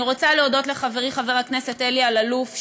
אני רוצה להודות לחברי חבר הכנסת אלי אלאלוף,